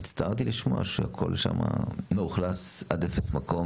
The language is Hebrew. הצטערתי לשמוע שהכול שמה מאוכלס עד אפס מקום